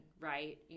right